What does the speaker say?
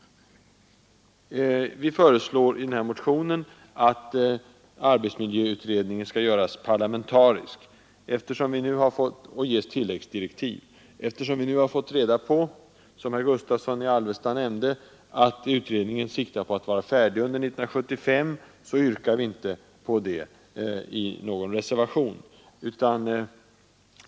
Vi föreslår i motionen att arbetsmiljöutredningen skall göras parlamentarisk. Den skall också ges tilläggsdirektiv. Eftersom vi, som herr Gustavsson i Alvesta nämnde, fått reda på att utredningen siktar till att vara färdig under 1975, yrkar vi inte på detta i någon reservation.